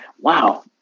Wow